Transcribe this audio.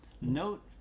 note